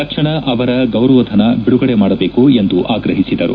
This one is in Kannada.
ತಕ್ಷಣ ಅವರ ಗೌರವಧನ ಬಿಡುಗಡೆ ಮಾಡಬೇಕು ಎಂದು ಆಗ್ರಹಿಸಿದರು